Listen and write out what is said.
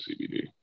cbd